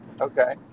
Okay